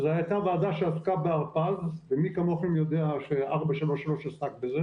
שזו הייתה ועדה שעסקה בהרפז ומי כמוכם יודע ש-433 עסק בזה